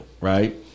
right